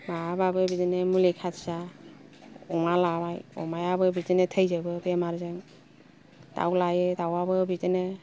माबाबो बिदिनो मुलि खाथिया अमा लाबाय अमायाबो बिदिनो थैजोबो बेमारजों दाव लायो दावआबो बिदिनो